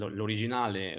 L'originale